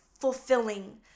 fulfilling